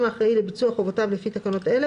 האחראי לביצוע חובותיו לפי תקנות אלה,